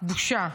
בושה.